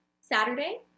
Saturday